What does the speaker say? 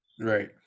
Right